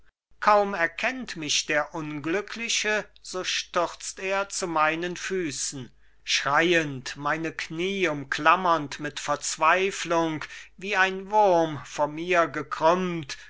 kaum erkennt mich der unglückliche so stürzt er zu meinen füßen schreiend meine knie umklammernd mit verzweiflung wie einwurm vor mir gekrümmt